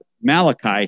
Malachi